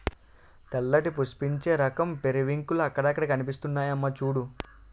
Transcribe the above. తెల్లటి పుష్పించే రకం పెరివింకిల్లు అక్కడక్కడా కనిపిస్తున్నాయమ్మా చూడూ